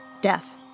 death